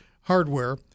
Hardware